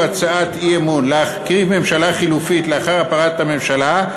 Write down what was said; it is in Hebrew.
הצעת אי-אמון להרכיב ממשלה חלופית לאחר הפלת הממשלה,